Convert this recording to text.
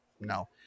No